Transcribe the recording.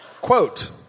Quote